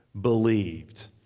believed